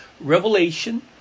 revelation